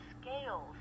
scales